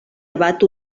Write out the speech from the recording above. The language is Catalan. abat